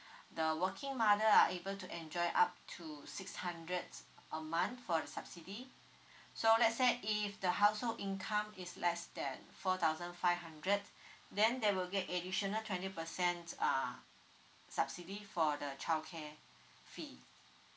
the working mother are able to enjoy up to six hundred a month for the subsidy so let's say if the household income is less than four thousand five hundred then they will get additional twenty percent uh subsidy for the childcare fee